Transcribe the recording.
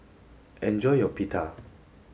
enjoy your pita